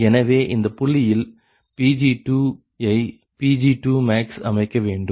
எனவே இந்த புள்ளியில் Pg2 யை Pg2max அமைக்க வேண்டும்